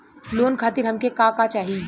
Loan खातीर हमके का का चाही?